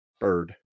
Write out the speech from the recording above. bird